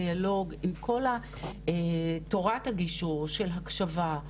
דיאלוג עם כל תורת הגישור של הקשבה,